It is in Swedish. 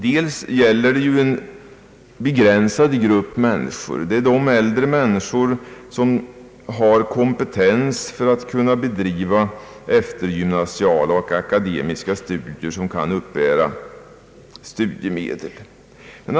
Det gäller här en begränsad grupp, nämligen äldre människor som har kompetens att bedriva eftergymnasiala och akademiska studier och som då skulle kunna uppbära studiemedel.